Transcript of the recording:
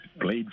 played